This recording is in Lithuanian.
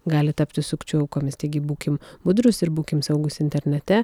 gali tapti sukčių aukomis taigi būkim budrūs ir būkim saugūs internete